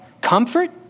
Comfort